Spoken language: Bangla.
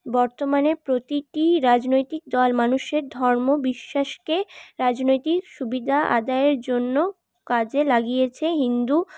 বর্তমানে প্রতিটি রাজনৈতিক দল মানুষের ধর্ম বিশ্বাসকে রাজনৈতিক সুবিধা আদায়ের জন্য কাজে লাগিয়েছে হিন্দু